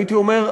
הייתי אומר,